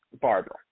Barbara